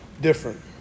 different